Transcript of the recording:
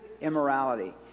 immorality